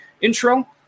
intro